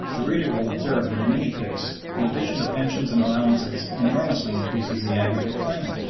the reader will observe that in any case the addition of pensions and allowances enormously increases the aggregate claim,